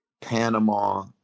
Panama